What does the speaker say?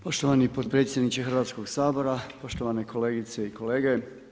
Poštovani potpredsjedniče Hrvatskoga sabora, poštovane kolegice i kolege.